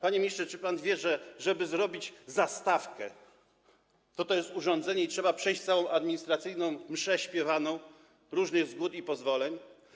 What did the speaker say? Panie ministrze, czy pan wie, że żeby zrobić zastawkę - to też jest urządzenie - trzeba przejść całą administracyjną mszę śpiewaną różnych zgód i pozwoleń?